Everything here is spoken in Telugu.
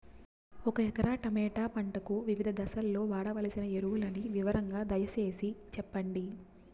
ఒక ఎకరా టమోటా పంటకు వివిధ దశల్లో వాడవలసిన ఎరువులని వివరంగా దయ సేసి చెప్పండి?